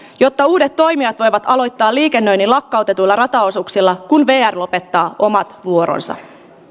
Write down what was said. jotta uudet toimijat voivat aloittaa liikennöinnin lakkautetuilla rataosuuksilla kun vr lopettaa omat vuoronsa